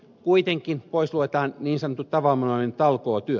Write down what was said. kuitenkin pois luetaan niin sanottu tavanomainen talkootyö